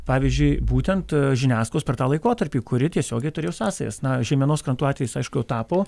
pavyzdžiui būtent žiniasklaidos per tą laikotarpį kuri tiesiogiai turėjo sąsajas na žeimenos krantų atvejis aišku tapo